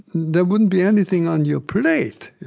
there wouldn't be anything on your plate.